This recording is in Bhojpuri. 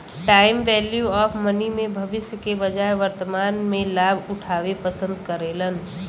टाइम वैल्यू ऑफ़ मनी में भविष्य के बजाय वर्तमान में लाभ उठावे पसंद करेलन